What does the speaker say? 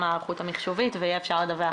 ההיערכות המחשובית ויהיה אפשר לדווח.